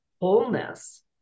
wholeness